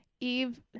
Eve